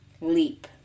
leap